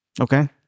Okay